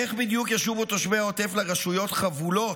איך בדיוק ישובו תושבי העוטף לרשויות חבולות,